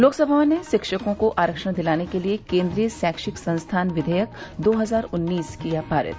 लोकसभा ने शिक्षकों को आरक्षण दिलाने के लिए केंद्रीय शैक्षिक संस्थान विघेयक दो हजार उन्नीस किया पारित